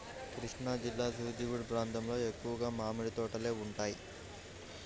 కృష్ణాజిల్లా నూజివీడు ప్రాంతంలో ఎక్కువగా మామిడి తోటలే ఉంటాయి